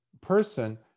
Person